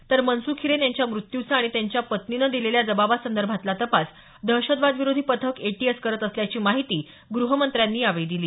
तर मनसुख हिरेन यांच्या मृत्यूचा आणि त्यांच्या पत्नीने दिलेल्या जबाबासंदर्भातील तपास दहशतवादविरोधी पथक एटीएस करत असल्याची माहिती गृहमंत्र्यांनी दिली